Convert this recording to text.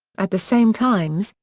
at the same times,